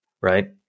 Right